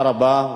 תודה רבה.